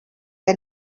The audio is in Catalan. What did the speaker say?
que